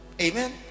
Amen